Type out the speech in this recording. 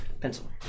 pencil